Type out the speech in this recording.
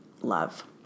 love